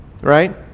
right